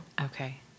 Okay